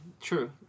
true